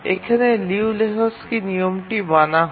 এখানে লিউ লেহোকস্কির নিয়মটি মানা হয়